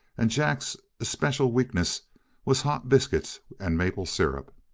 and jack's especial weakness was hot biscuits and maple syrup.